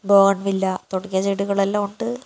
Bonneville തുടങ്ങിയ ചെടികളെല്ലാം ഉണ്ട്